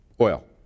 oil